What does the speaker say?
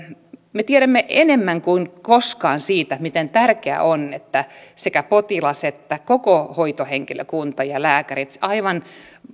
me tiedämme enemmän kuin koskaan siitä miten tärkeää on että sekä potilas että koko hoitohenkilökunta ja lääkärit aivan